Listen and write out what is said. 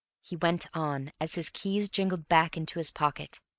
he went on, as his keys jingled back into his pocket.